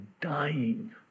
dying